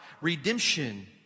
redemption